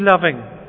loving